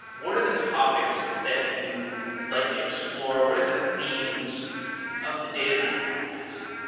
what are the topics that you like to explore? what are the themes of the datanauts podcast?